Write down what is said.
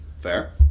Fair